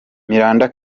miranda